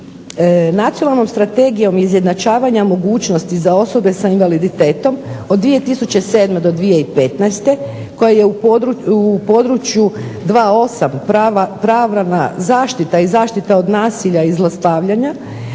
Nacionalnom strategijom izjednačavanja mogućnosti za osobe sa invaliditetom od 2007. do 2015. koja je u području 2-8 pravima zaštita i zaštita od nasilja i zlostavljanja,